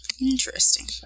Interesting